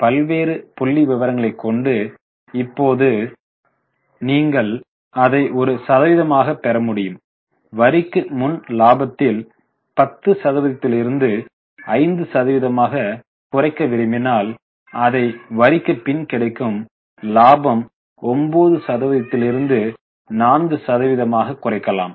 எனவே பல்வேறு புள்ளி விவரங்களை கொண்டு இப்போது நீங்கள் அதை ஒரு சதவீதமாக பெற முடியும் வரிக்கு முன் இலாபத்தில் 10 சதவீதத்திலிருந்து 5 சதவீதமாக குறைக்க விரும்பினால் அதை வரிக்குப் பின் கிடைக்கும் லாபம் 9 சதவீதத்திலிருந்து 4 சதவீதமாக குறைக்கலாம்